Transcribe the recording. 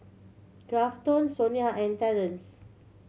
Grafton Sonya and Terance